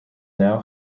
now